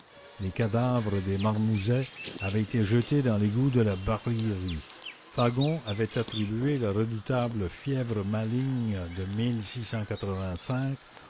les cadavres des marmousets avaient été jetés dans l'égout de la barillerie fagon avait attribué la redoutable fièvre maligne de